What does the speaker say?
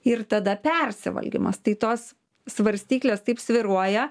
ir tada persivalgymas tai tos svarstyklės taip svyruoja